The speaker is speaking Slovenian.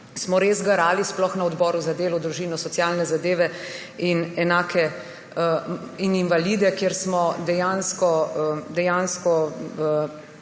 smo res garali, sploh v Odboru za delo, družino, socialne zadeve in invalide, kjer smo dejansko